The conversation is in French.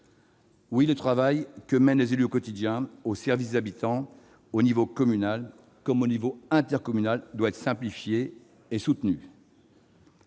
Oui, le travail que mènent les élus au quotidien au service des habitants, au niveau communal comme au niveau intercommunal, doit être simplifié et soutenu.